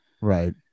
right